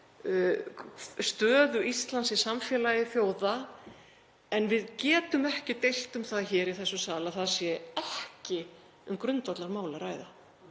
stöðu Íslands í samfélagi þjóða. En við getum ekki deilt um það hér í þessum sal að það sé ekki um grundvallarmál að ræða.